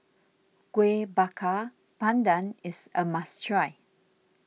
Kueh Bakar Pandan is a must try